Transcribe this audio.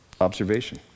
Observation